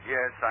Yes